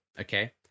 okay